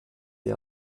der